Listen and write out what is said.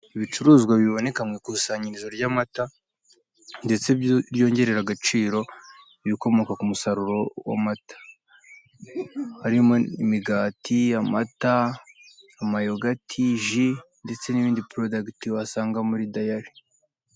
Ibicuruzwa biboneka mw'ikusanyirizo ry'amata ndetse ryongerera agaciro ibikomoka ku musaruro w'amata harimo imigati, amata, amayoghurt, jus ndetse nindi product wasanga muri diary.